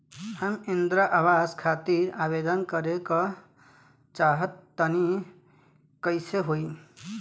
हम इंद्रा आवास खातिर आवेदन करे क चाहऽ तनि कइसे होई?